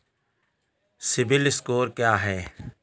CIBIL score क्या है?